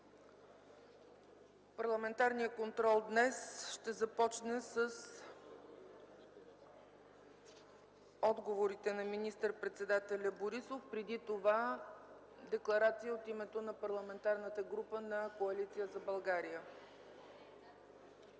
Парламентарният контрол днес ще започне с отговорите на министър-председателя Борисов. Преди това – декларация от името на Парламентарната група на Коалиция за България.